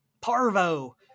Parvo